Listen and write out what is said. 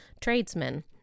tradesmen